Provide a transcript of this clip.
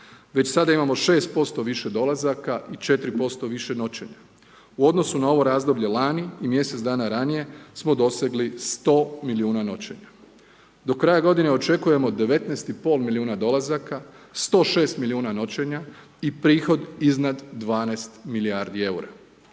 Već sada imamo 6% više dolazaka i 4% više noćenja. U odnosu na ovo razdoblje lani i mjesec dana ranije smo dosegli 100 milijuna noćenja. Do kraja godine očekujemo 19 i pol milijuna dolazaka, 106 milijuna noćenja i prihod iznad 12 milijardi eura.